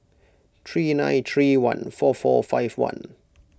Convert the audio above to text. three nine three one four four five one